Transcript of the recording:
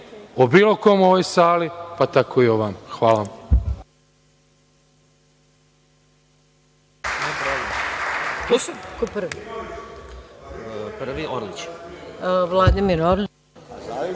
o bilo kome u ovoj sali, pa tako i ovamo. Hvala.